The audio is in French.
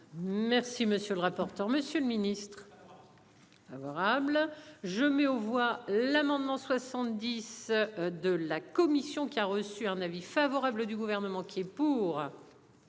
Merci monsieur le rapporteur. Monsieur le Ministre. Favorable je mets aux voix l'amendement 70 de la commission qui a reçu un avis favorable du gouvernement qui est pour.